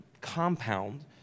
compound